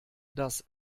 dass